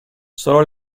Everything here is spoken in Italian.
solo